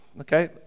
okay